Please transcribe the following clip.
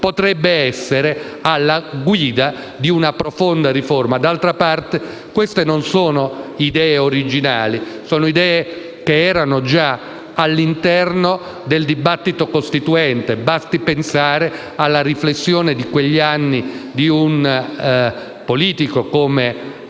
potrebbe essere alla base di una profonda riforma. D'altra parte queste non sono idee originali: si tratta di considerazioni già emerse nel dibattito costituente. Basti pensare alla riflessione di quegli anni di un politico come